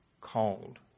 called